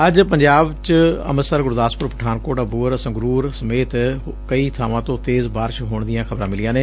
ਅੱਜ ਪੰਜਾਬ ਚ ਅੰਮ੍ਰਿਤਸਰ ਗੁਰਦਾਸਪੁਰ ਪਠਾਨਕੋਟ ਅਬੋਹਰ ਸੰਗਰੂਰ ਸਮੇਤ ਕਈ ਬਾਵਾਂ ਤੋਂ ਤੇਜ਼ ਬਾਰਸ਼ ਹੋਣ ਦੀਆਂ ਖ਼ਬਰਾਂ ਮਿਲੀਆਂ ਨੇ